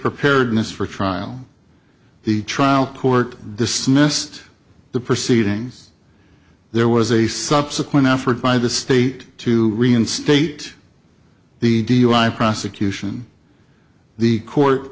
prepared this for trial the trial court dismissed the proceedings there was a subsequent effort by the state to reinstate the dui prosecution the court